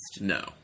No